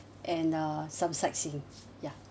and uh some sightseeing ya